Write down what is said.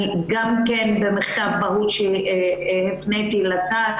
אני גם כן במכתב בהול שהפניתי לשר,